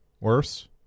worse